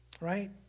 Right